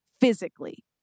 physically